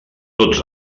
tots